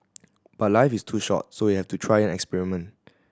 but life is too short so we have to try and experiment